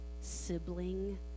sibling